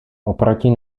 oproti